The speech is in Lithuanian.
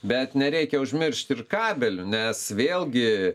bet nereikia užmiršt ir kabelių nes vėlgi